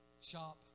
shop